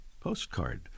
postcard